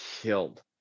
killed